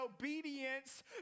obedience